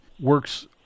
works